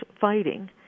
fighting